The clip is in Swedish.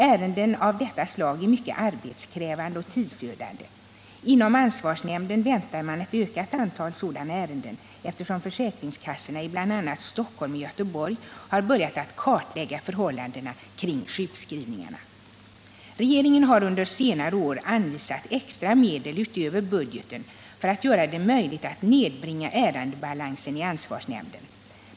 Ärenden av detta slag är mycket arbetskrävande och tidsödande. Inom ansvarsnämnden väntar man ett ökat antal sådana ärenden, eftersom försäkringskassorna i bl.a. Stockholm och Göteborg har börjat att kartlägga förhållandena kring sjukskrivningar. Regeringen har under senare år anvisat extra medel utöver budgeten för att göra det möjligt att nedbringa ärendebalansen i ansvarsnämnden.